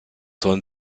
sollen